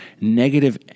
negative